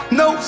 no